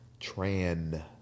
Tran